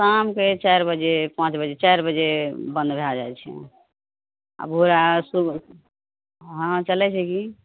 शामके ई चारि बजे पाँच बजे चारि बजे बन्द भए जाइ छै आओर भोर आओर सुबह हँ चलय छै कि